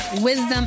wisdom